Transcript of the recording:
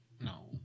no